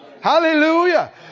Hallelujah